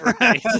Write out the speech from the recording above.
Right